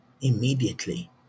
immediately